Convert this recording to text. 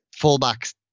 fullbacks